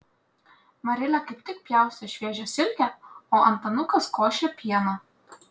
marilė kaip tik pjaustė šviežią silkę o antanukas košė pieną